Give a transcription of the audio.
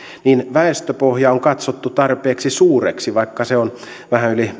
väestöpohja on katsottu tarpeeksi suureksi vaikka se on vähän yli